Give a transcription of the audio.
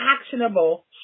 actionable